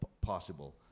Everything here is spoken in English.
possible